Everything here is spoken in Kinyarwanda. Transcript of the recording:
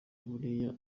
buriya